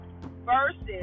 verses